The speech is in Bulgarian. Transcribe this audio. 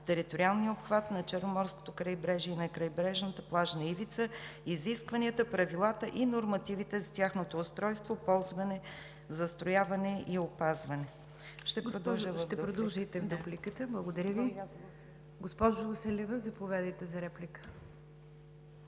териториалния обхват на Черноморското крайбрежие и на крайбрежната плажна ивица, изискванията, правилата и нормативите за тяхното устройство, ползване, застрояване и опазване. Ще продължа в дупликата. ПРЕДСЕДАТЕЛ НИГЯР ДЖАФЕР: Благодаря Ви. Госпожо Василева, заповядайте за реплика.